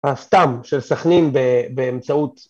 הסתם של סכנין באמצעות...